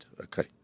Okay